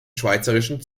schweizerischen